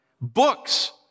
Books